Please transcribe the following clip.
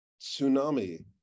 tsunami